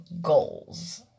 goals